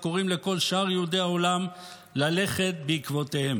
וקוראים לכל שאר יהודי העולם ללכת בעקבותיהם.